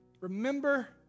Remember